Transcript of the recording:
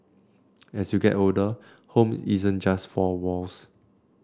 as you get older home isn't just four walls